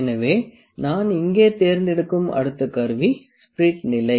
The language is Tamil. எனவே நான் இங்கே தேர்ந்தெடுக்கும் அடுத்த கருவி ஸ்பிரிட் நிலை